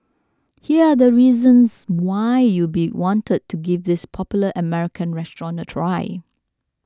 here are the reasons why you'd want to give this popular American restaurant a try